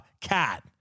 cat